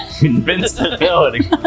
invincibility